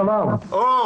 שמי